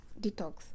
detox